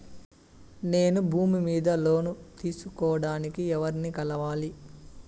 నేను భూమి మీద లోను తీసుకోడానికి ఎవర్ని కలవాలి?